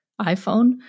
iPhone